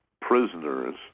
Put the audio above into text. prisoners